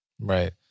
Right